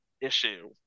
issue